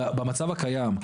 במצב הקיים,